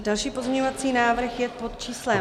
Další pozměňovací návrh je pod číslem